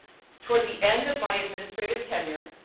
toward the end of my administrative tenure,